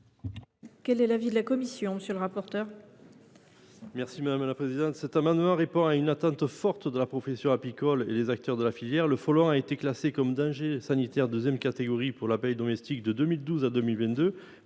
Quel est l’avis de la commission ?